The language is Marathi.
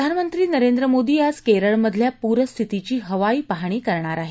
प्रधानमंत्री नरेंद्र मोदी आज केरळमधल्या प्रस्थितीची हवाई पाहणी करणार आहेत